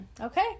okay